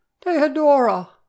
Theodora